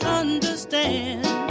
understand